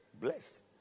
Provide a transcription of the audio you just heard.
Blessed